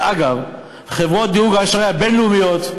אגב, חברות דירוג האשראי הבין-לאומיות,